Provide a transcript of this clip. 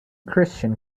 christian